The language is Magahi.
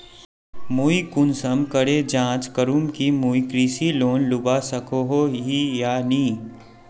मुई कुंसम करे जाँच करूम की मुई कृषि लोन लुबा सकोहो ही या नी?